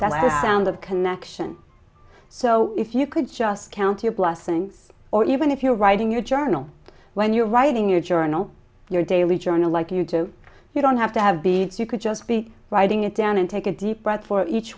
that i've found of connection so if you could just count your blessings or even if you're writing your journal when you're writing your journal your daily journal like you do you don't have to have beads you could just be writing it down and take a deep breath for each